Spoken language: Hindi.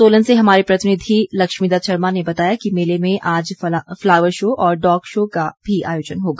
सोलन से हमारे प्रतिनिधि लक्ष्मी दत्त शर्मा ने बताया कि मेले में आज फलावर शो और डॉग शो का भी आयोजन होगा